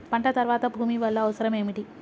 పంట తర్వాత భూమి వల్ల అవసరం ఏమిటి?